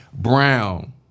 Brown